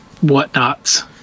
whatnots